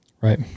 Right